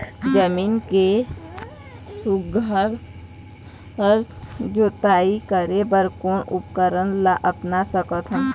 जमीन के सुघ्घर जोताई करे बर कोन उपकरण ला अपना सकथन?